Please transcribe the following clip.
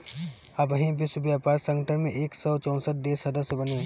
अबही विश्व व्यापार संगठन में एक सौ चौसठ देस सदस्य बाने